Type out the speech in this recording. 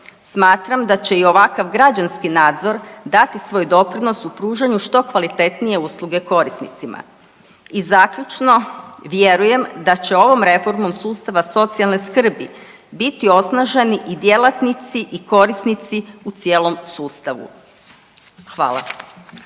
Smatram da će i ovakav građanski nadzor dati svoj doprinos u pružanju što kvalitetnije usluge korisnicima. I zaključno vjerujem da će ovom reformom sustava socijalne skrbi biti osnaženi i djelatnici i korisnici u cijelom sustavu. Hvala.